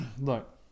look